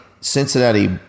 Cincinnati